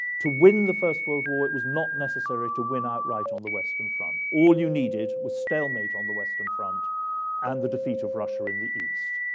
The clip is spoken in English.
to win the first world war, it was not necessary to win outright on the western front. all you needed was stalemate on the western front and the defeat of russia in the east.